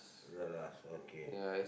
okay